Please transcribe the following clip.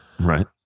Right